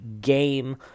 game